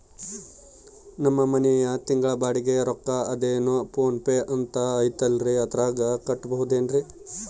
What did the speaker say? ನಮ್ಮ ಮನೆಯ ತಿಂಗಳ ಬಾಡಿಗೆ ರೊಕ್ಕ ಅದೇನೋ ಪೋನ್ ಪೇ ಅಂತಾ ಐತಲ್ರೇ ಅದರಾಗ ಕಟ್ಟಬಹುದೇನ್ರಿ?